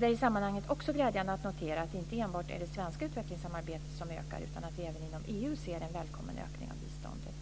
Det är i sammanhanget också glädjande att notera att det inte enbart är det svenska utvecklingssamarbetet som ökar, utan att vi även inom EU ser en välkommen ökning av biståndet.